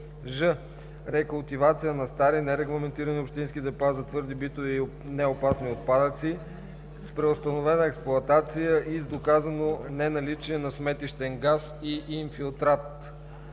„ж) рекултивация на стари, нерегламентирани общински депа за твърди битови и неопасни отпадъци с преустановена експлоатация и с доказано неналичие на сметищен газ и инфилтрат;“.